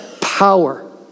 power